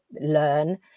learn